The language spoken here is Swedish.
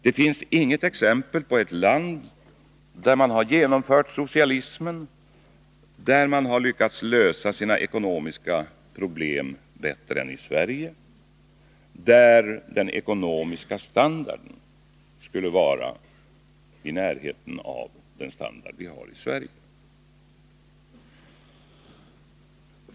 Det finns inget exempel på ett land där man genomfört socialism och där man lyckats lösa sina ekonomiska problem bättre än i Sverige eller där den ekonomiska standarden är i närheten av den standard som vi har i Sverige.